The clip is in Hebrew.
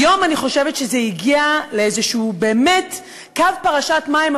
היום אני חושבת שזה הגיע לאיזה קו פרשת מים,